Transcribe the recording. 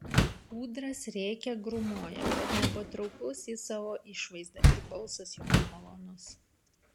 ūdras rėkia grūmoja bet nepatrauklus jis savo išvaizda ir balsas jo nemalonus